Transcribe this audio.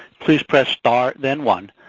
please press star then one.